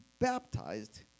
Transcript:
baptized